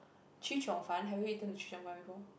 chee-cheong-fun have you eaten the chee-cheong-fun before